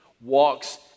walks